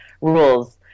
rules